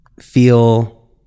feel